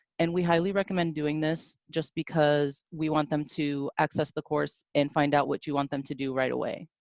and we highly recommend doing this just because we want them to access the course and find out what you want them to do right away.